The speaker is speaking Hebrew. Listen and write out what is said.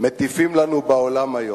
מטיפים לנו בעולם היום,